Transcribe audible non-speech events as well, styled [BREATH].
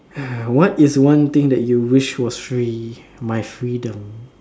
[BREATH] what is one thing that you wished was free my freedom